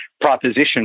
proposition